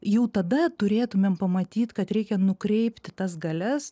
jau tada turėtumėm pamatyt kad reikia nukreipti tas galias